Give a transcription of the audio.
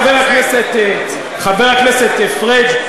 חבר הכנסת פריג',